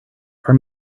are